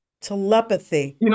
Telepathy